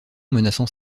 menaçant